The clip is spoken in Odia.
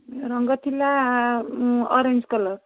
ରଙ୍ଗ ଥିଲା ଅରେଞ୍ଜ କଲର